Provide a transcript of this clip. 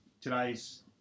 today's